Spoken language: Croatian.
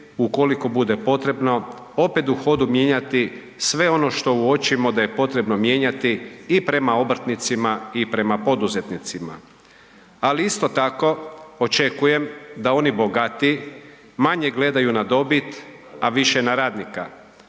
ukoliko bude potrebno opet u hodu mijenjati sve ono što uočimo da je potrebno mijenjati i prema obrtnicima i prema poduzetnicima. Ali isto tako očekujem da oni bogatiji manje gledaju na dobit, a više na radnika,